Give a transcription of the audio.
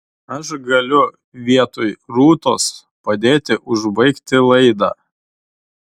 aš galiu vietoj rūtos padėti užbaigti laidą